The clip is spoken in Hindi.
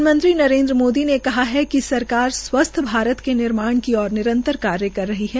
प्रधानमंत्री नरेन्द्र मोदी ने कहा है कि सरकार स्वस्थ भारत के निर्माण की ओर निरंतर कार्य कर रही है